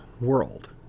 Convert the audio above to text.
world